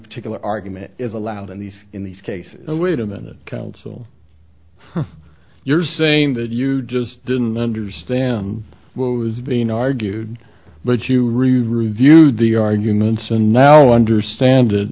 particular argument is allowed in these in these cases oh wait a minute counsel you're saying that you just didn't understand what was being argued but you really reviewed the arguments and now understand it